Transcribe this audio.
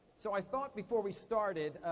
so i thought before we started,